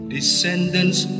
Descendants